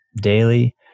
daily